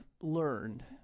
learned